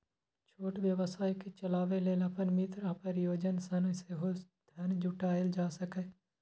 छोट व्यवसाय कें चलाबै लेल अपन मित्र आ परिजन सं सेहो धन जुटायल जा सकैए